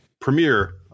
premiere